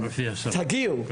תגיעו,